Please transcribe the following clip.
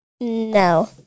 No